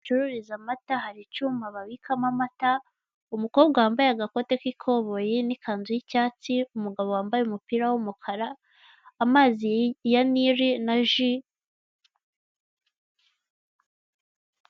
Bacururiza amata hari icyuma babikamo amata umukobwa wambaye agakote k'ikoboyi n'ikanzu y'icyatsi umugabo wambaye umupira w'umukara amazi ya Nili na ji.